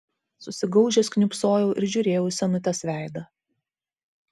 susigaužęs kniūbsojau ir žiūrėjau į senutės veidą